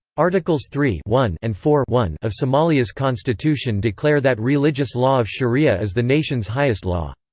articles three one and four one of somalia's constitution declare that religious law of sharia is the nation's highest law.